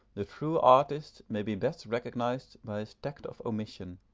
the true artist may be best recognised by his tact of omission.